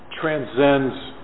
transcends